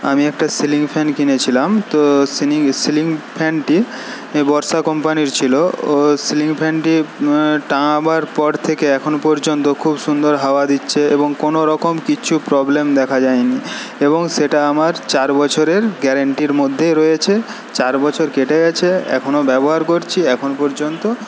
আমি একটা ceiling fan কিনেছিলাম তো সিলিং সিলিং ফ্যানটি বর্ষা কোম্পানির ছিলো ও সিলিং ফ্যানটি টাঙাবার পর থেকে এখনও পর্যন্ত খুব সুন্দর হাওয়া দিচ্ছে এবং কোনোরকম কিচ্ছু প্রবলেম দেখা যায়নি এবং সেটা আমার চার বছরের গ্যারেন্টির মধ্যেই রয়েছে চারবছর কেটে গেছে এখনও ব্যবহার করছি এখন পর্যন্ত